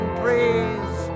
praise